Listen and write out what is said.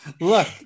look